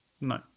No